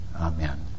Amen